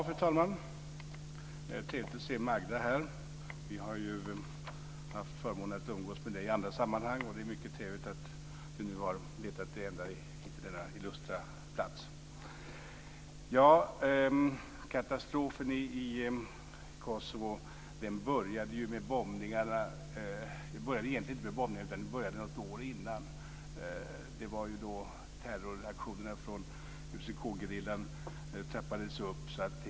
Fru talman! Det är trevligt att se Magda Ayoub här. Vi har haft förmånen att umgås i andra sammanhang, och det är mycket trevligt att hon nu har letat sig ända till denna illustra plats. Katastrofen i Kosovo började egentligen inte med bombningarna utan något år innan. Det var när terroraktionerna från UCK-gerillan trappades upp.